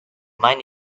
mind